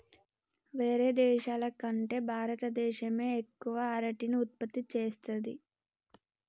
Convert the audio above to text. వేరే దేశాల కంటే భారత దేశమే ఎక్కువ అరటిని ఉత్పత్తి చేస్తంది